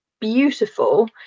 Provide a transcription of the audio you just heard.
beautiful